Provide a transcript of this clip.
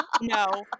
No